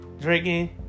drinking